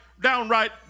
downright